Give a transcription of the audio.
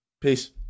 Peace